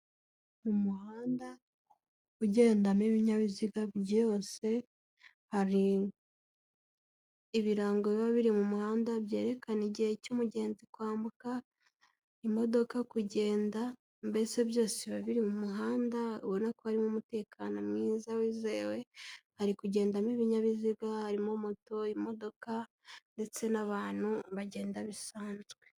Mu muhanda ugendamo ibinyabiziga byose, hari ibirango biba biri mu muhanda, byerekana igihe cy'umugenzi kwambuka, imodoka kugenda, mbese byose biba biri mu muhanda, ubona ko harimo umutekano mwiza, wizewe, hari kugendamo ibinyabiziga, harimo moto, imodoka, ndetse n'abantu bagenda bisanzwe.